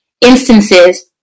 instances